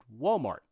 Walmart